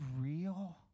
real